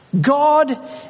God